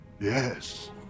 Yes